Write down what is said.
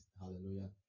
hallelujah